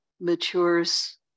matures